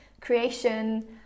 creation